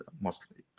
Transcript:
mostly